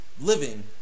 living